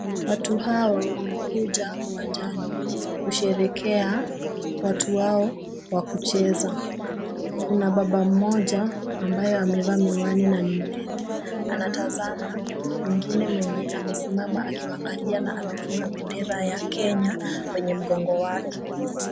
Watu hawa wamekuja uwanjani kusherekea watu wao wa kucheza. Kuna baba mmoja ambaye amevaa miwani na ni mnene anatazama mwingine mwenye amesimama akiwaangalia na amefunga bendera ya Kenya kwenye mgongo wake.